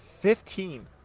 Fifteen